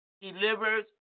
Delivers